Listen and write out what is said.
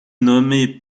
nommé